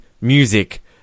music